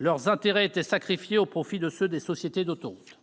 leurs intérêts étaient, une fois de plus, sacrifiés au profit de ceux des sociétés d'autoroutes ?